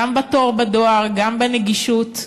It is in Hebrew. גם בתור בדואר, גם בנגישות,